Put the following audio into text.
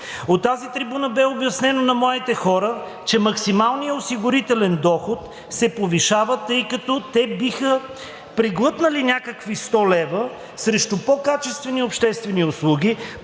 От тази трибуна бе обяснено на младите хора, че максималният осигурителен доход се повишава, тъй като те биха преглътнали някакви 100 лв. срещу по-качествени обществени услуги,